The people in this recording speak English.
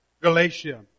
Galatia